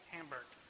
Hamburg